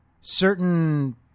certain